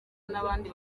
n’abandi